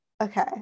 okay